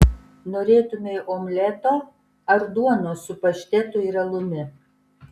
norėtumei omleto ar duonos su paštetu ir alumi